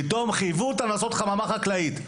פתאום חייבו אותם לעשות חממה חקלאית.